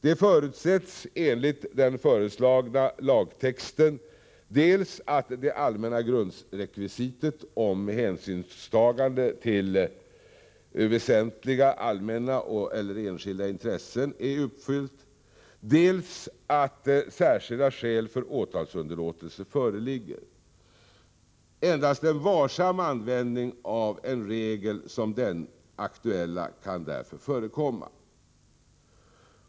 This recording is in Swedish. Det förutsätts enligt den föreslagna lagtexten dels att det allmänna grundrekvisitet om hänsynstagande till väsentliga allmänna eller enskilda intressen är uppfyllt, dels att särskilda skäl för åtalsunderlåtelse föreligger. Endast en varsam användning av en regel som den aktuella kan därför förekomma.